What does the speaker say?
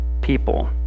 people